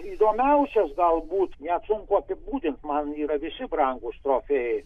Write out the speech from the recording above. įdomiausias galbūt net sunku apibūdint man yra visi brangūs trofėjai